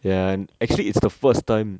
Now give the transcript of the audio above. ya and actually it's the first time